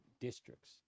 districts